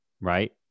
right